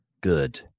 good